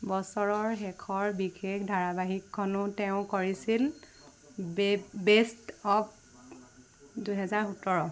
বছৰৰ শেষৰ বিশেষ ধাৰাবাহিকখনো তেওঁ কৰিছিল বেষ্ট অৱ দুহেজাৰ সোতৰ